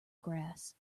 grass